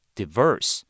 diverse